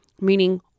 meaning